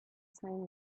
same